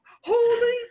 holy